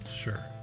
sure